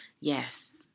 yes